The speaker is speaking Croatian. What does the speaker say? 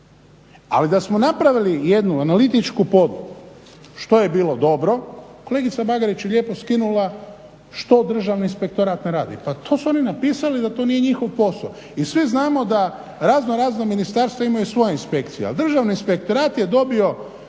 Ali da smo napravili jednu analitičku podlogu što je bilo dobro, kolegica Bagarić je lijepo skinula što Državni inspektorat ne radi. Pa to su oni napisali da to nije njihov posao i svi znamo da raznorazna ministarstva imaju svoje inspekcije, ali Državni inspektorat je dobio